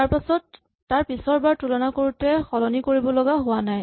তাৰপিছৰ বাৰ তুলনা কৰোতে সলনি কৰিব লগা হোৱা নাই